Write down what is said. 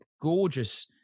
gorgeous